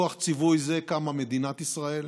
מכוח ציווי זה קמה מדינת ישראל,